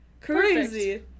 Crazy